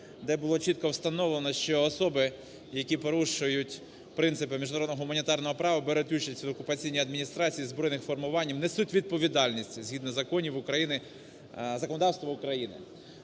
де було чітко встановлено, що особи, які порушують принципи міжнародного гуманітарного права, беруть участь в окупаційній адміністрації збройних формувань, несуть відповідальність згідно законів України… законодавства України.